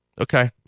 Okay